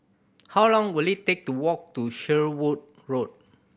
how long will it take to walk to Shenvood Road